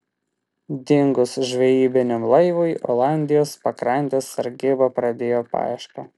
dingus žvejybiniam laivui olandijos pakrantės sargyba pradėjo paiešką